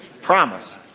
promise.